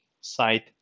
site